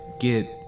get